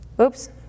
Oops